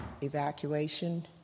evacuation